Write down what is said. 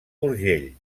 d’urgell